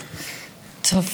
חברות וחברי הכנסת,